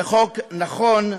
זה חוק נכון,